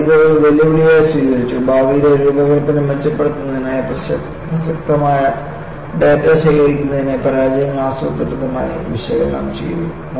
അവർ ഇത് ഒരു വെല്ലുവിളിയായി സ്വീകരിച്ചു ഭാവിയിലെ രൂപകൽപ്പന മെച്ചപ്പെടുത്തുന്നതിനായി പ്രസക്തമായ ഡാറ്റ ശേഖരിക്കുന്നതിന് പരാജയങ്ങൾ ആസൂത്രിതമായി വിശകലനം ചെയ്തു